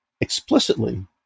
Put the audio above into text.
explicitly